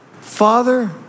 Father